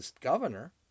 governor